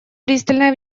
пристальное